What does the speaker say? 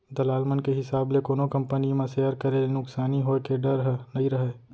दलाल मन के हिसाब ले कोनो कंपनी म सेयर करे ले नुकसानी होय के डर ह नइ रहय